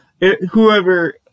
whoever